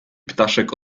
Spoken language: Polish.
ptaszek